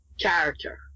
character